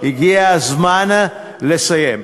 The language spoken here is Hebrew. הגיע הזמן לסיים.